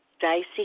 dicey